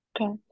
Okay